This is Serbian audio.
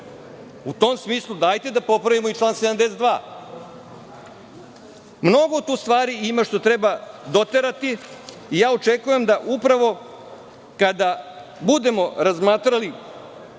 U tom smislu dajte da popravimo i član 72.Mnogo tu stvari ima što treba doterati i očekujem da upravo kada budemo razmatrali